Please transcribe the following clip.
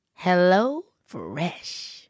HelloFresh